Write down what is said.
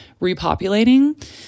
repopulating